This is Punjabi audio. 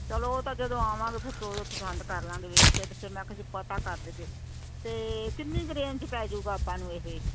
ਚਲੋ ਉਹ ਤਾਂ ਜਦੋਂ ਆਵਾਂਗੇ ਫਿਰ ਦੋ ਪਸੰਦ ਕਰ ਲਾਂਗੇ ਵੀ ਇਸੇ ਤੇ ਮੈਂ ਕੁਝ ਪਤਾ ਕਰ ਲਗੇ ਤੇ ਕਿੰਨੀ ਕ ਰੇਂਜ ਪੈ ਜਾਊਗਾ ਆਪਾਂ ਨੂੰ ਇਹ